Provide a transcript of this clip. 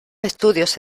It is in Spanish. estudios